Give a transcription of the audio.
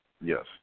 Yes